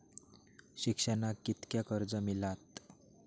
शिक्षणाक कीतक्या कर्ज मिलात?